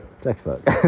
Textbook